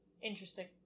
interesting